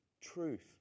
Truth